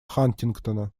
хантингтона